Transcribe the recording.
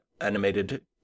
animated